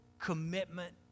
commitment